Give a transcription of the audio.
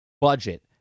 budget